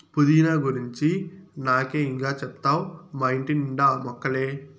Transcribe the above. పుదీనా గురించి నాకే ఇం గా చెప్తావ్ మా ఇంటి నిండా ఆ మొక్కలే